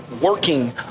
working